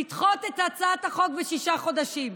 לדחות את הצעת החוק בשישה חודשים,